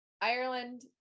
Ireland